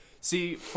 See